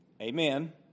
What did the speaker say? Amen